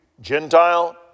Gentile